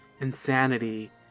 insanity